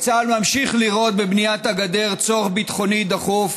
צה"ל ממשיך לראות בבניית הגדר צורך ביטחוני דחוף,